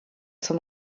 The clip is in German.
zum